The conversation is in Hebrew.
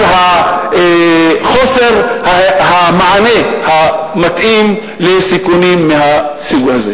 חוסר המענה המתאים לסיכונים מהסוג הזה.